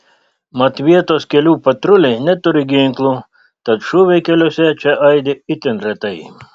mat vietos kelių patruliai neturi ginklų tad šūviai keliuose čia aidi itin retai